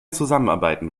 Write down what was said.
zusammenarbeiten